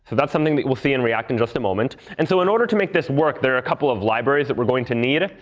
that's something that we'll see in react in just a moment. and so in order to make this work, there are a couple of libraries that we're going to need.